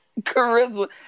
charisma